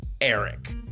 Eric